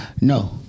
No